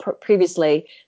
previously